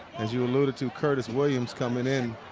as you alluded to curtis williams coming in.